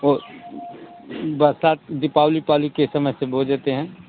और बरसात दीपावली विपावली के समय से बो देते हैं